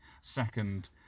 second